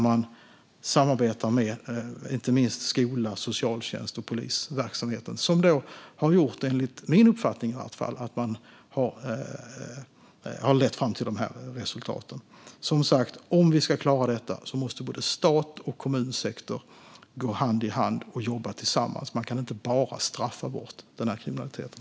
Man samarbetar mellan inte minst skola, socialtjänst och polisverksamhet, vilket enligt min uppfattning har lett fram till de här resultaten. Om vi ska klara detta måste som sagt stat och kommunsektor gå hand i hand och jobba tillsammans. Man kan inte bara straffa bort den här kriminaliteten.